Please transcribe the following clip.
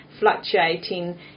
fluctuating